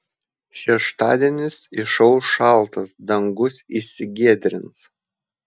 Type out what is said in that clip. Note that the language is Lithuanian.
šeštadienis išauš šaltas dangus išsigiedrins